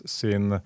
sin